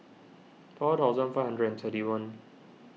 four thousand five hundred and thirty one